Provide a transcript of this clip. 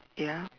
ya